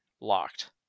locked